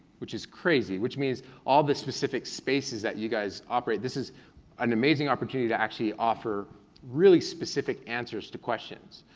which is crazy, which means all of the specific spaces that you guys operate, this is an amazing opportunity to actually offer really specific answers to questions.